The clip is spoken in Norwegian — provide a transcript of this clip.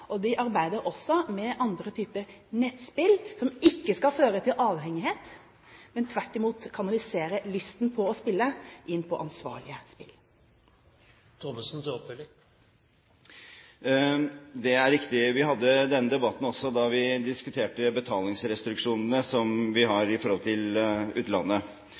og de arbeider også med andre typer nettspill som ikke skal føre til avhengighet, men tvert imot skal kanalisere lysten på å spille, inn på ansvarlige spill. Det er riktig. Vi hadde denne debatten også da vi diskuterte betalingsrestriksjonene som vi har når det gjelder utlandet.